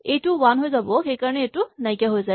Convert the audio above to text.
এইটো ৱান হৈ যাব সেইকাৰণে ই নাইকিয়া হৈ যায়